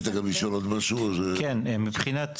מבחינת זמן,